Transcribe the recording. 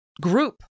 group